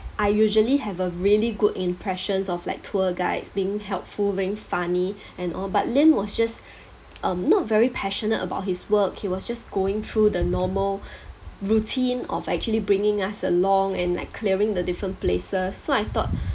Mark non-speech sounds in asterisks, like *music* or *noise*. I usually have a really good impressions of like tour guides being helpful being funny *breath* and all but lim was just *breath* um not very passionate about his work he was just going through the normal *breath* routine of actually bringing us along and like clearing the different places so I thought *breath*